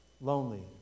lonely